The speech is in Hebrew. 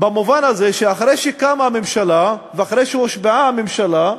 במובן הזה שאחרי שקמה הממשלה ואחרי שהושבעה הממשלה,